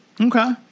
Okay